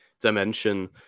dimension